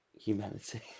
humanity